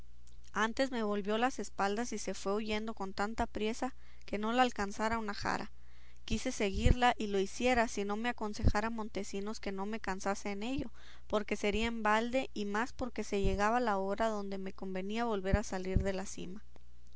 antes me volvió las espaldas y se fue huyendo con tanta priesa que no la alcanzara una jara quise seguirla y lo hiciera si no me aconsejara montesinos que no me cansase en ello porque sería en balde y más porque se llegaba la hora donde me convenía volver a salir de la sima